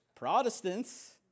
Protestants